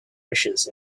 wishes